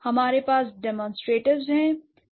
हमारे पास पहले डीमानसट्रेटीवस हैं